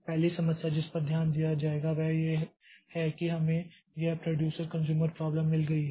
पहली समस्या जिस पर ध्यान दिया जाएगा वह यह है कि हमें यह प्रोड्यूसर कन्ज़्यूमर प्राब्लम मिल गई है